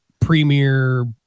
premier